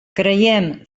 creiem